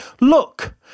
look